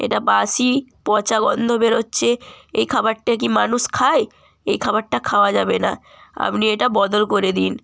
এটা বাসি পচা গন্ধ বেরোচ্ছে এই খাবারটা কি মানুষ খায় এই খাবারটা খাওয়া যাবে না আপনি এটা বদল করে দিন